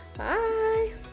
Bye